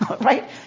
right